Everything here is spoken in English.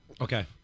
Okay